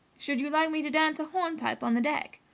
should you like me to dance a hornpipe on the deck?